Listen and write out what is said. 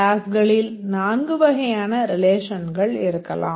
கிளாஸ்களில் நான்கு வகையான ரிலேஷன்கள் இருக்கலாம்